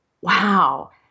wow